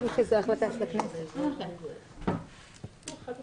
מותר לעשות